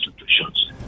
institutions